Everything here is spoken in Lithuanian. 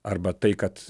arba tai kad